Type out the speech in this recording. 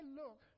look